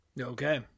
Okay